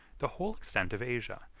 the whole extent of asia,